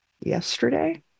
yesterday